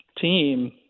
team